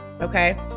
okay